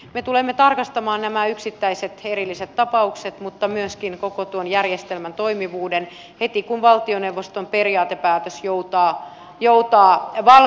me tulemme tarkastamaan nämä yksittäiset erilliset tapaukset mutta myöskin koko tuon järjestelmän toimivuuden heti kun valtioneuvoston periaatepäätös joutaa valmiiksi